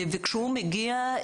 וכשהוא מגיע,